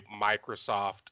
Microsoft